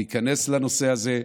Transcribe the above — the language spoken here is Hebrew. להיכנס לנושא הזה,